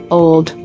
old